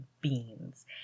beans